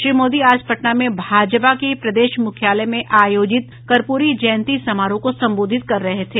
श्री मोदी आज पटना में भाजपा के प्रदेश मुख्यालय में आयोजित कर्पूरी जयंती समारोह को संबोधित कर रहे थे